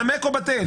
נמק או בטל?